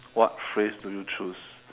what phrase do you choose